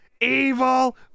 evil